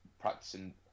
practicing